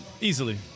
Easily